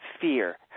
fear